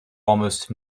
almost